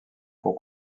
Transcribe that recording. pour